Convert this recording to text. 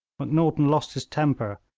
macnaghten lost his temper,